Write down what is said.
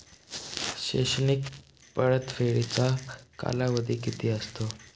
शैक्षणिक परतफेडीचा कालावधी किती असतो?